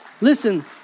Listen